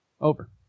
Over